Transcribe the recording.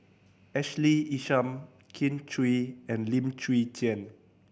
Ashley Isham Kin Chui and Lim Chwee Chian